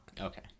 Okay